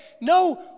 no